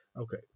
Okay